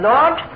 Lord